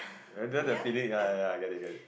rather than feeling ya ya ya I get it get it